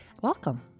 Welcome